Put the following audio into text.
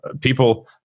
people